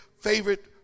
favorite